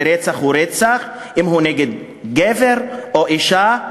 ורצח הוא רצח אם הוא נגד גבר או אישה.